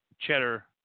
Cheddar